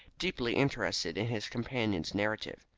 deeply interested in his companion's narrative.